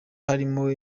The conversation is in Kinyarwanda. harimo